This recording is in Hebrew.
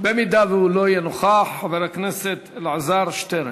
אם הוא לא יהיה נוכח, חבר הכנסת אלעזר שטרן.